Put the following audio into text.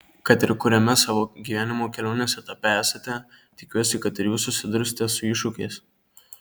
kad ir kuriame savo gyvenimo kelionės etape esate tikiuosi kad ir jūs susidursite su iššūkiais